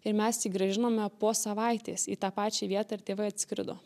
ir mes jį grąžinome po savaitės į tą pačią vietą ir tėvai atskrido